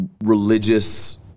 religious